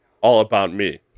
all-about-me